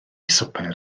swper